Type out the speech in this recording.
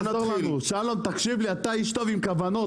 בינינו, אנחנו יודעים מהי עמדת שר החקלאות.